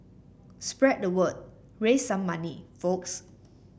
spread the word raise some money folks